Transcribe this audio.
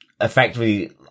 effectively